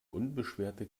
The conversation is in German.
unbeschwerte